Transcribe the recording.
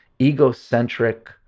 egocentric